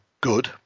good